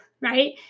right